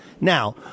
Now